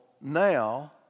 now